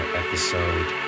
episode